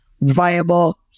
viable